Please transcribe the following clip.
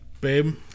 Babe